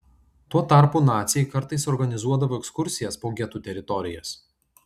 tuo tarpu naciai kartais organizuodavo ekskursijas po getų teritorijas